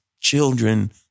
children